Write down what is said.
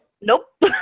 Nope